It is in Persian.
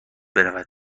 برود